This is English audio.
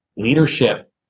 leadership